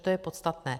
To je podstatné.